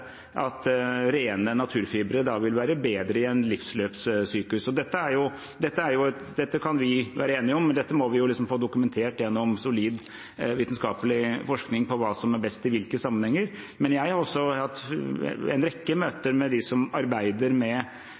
rene naturfibre vil være bedre i en livsløpssyklus. Dette kan vi være enige om, men dette må vi jo få dokumentert gjennom solid vitenskapelig forskning på hva som er best i hvilke sammenhenger. Jeg har hatt en rekke møter med dem som arbeider med